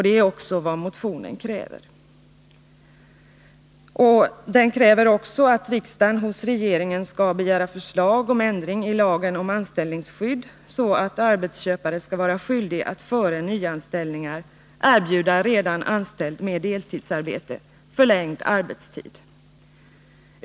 Det är också vad motionen kräver. Vi kräver vidare i motionen att riksdagen hos regeringen skall begära förslag om ändring i lagen om anställningsskydd, så att arbetsköpare skall vara skyldig att före nyanställningar erbjuda redan anställd med deltidsarbete förlängd arbetstid.